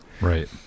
Right